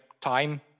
time